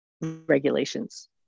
regulations